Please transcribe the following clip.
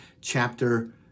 chapter